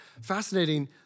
Fascinating